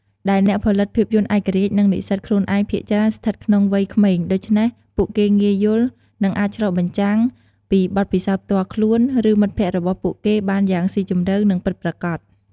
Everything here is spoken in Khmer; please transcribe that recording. ដែលអ្នកផលិតភាពយន្តឯករាជ្យ និងនិស្សិតខ្លួនឯងភាគច្រើនស្ថិតក្នុងវ័យក្មេង ដូច្នេះពួកគេងាយយល់ និងអាចឆ្លុះបញ្ចាំងពីបទពិសោធន៍ផ្ទាល់ខ្លួន ឬមិត្តភក្តិរបស់ពួកគេបានយ៉ាងស៊ីជម្រៅ និងពិតប្រាកដ។